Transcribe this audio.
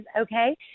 Okay